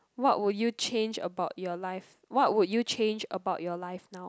what would you change about your life what would you change about your life now